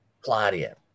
Claudia